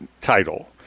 title